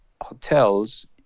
hotels